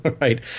Right